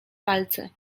palce